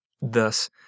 Thus